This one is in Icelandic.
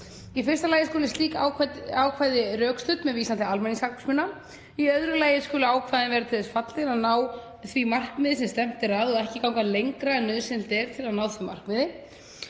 Í fyrsta lagi skulu slík ákvæði rökstudd með vísan til almannahagsmuna. Í öðru lagi skulu ákvæðin vera til þess fallin að ná því markmiði sem stefnt er að og ekki ganga lengra en nauðsynlegt er til að ná því markmiði.